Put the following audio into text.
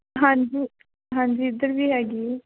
ਹਾਂਜੀ ਹਾਂਜੀ ਇੱਧਰ ਵੀ ਹੈਗੀ